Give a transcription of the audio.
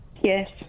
Yes